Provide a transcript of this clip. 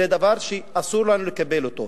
זה דבר שאסור לנו לקבל אותו,